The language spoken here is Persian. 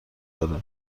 داره